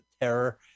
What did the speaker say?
terror